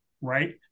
right